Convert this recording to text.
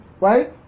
right